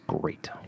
great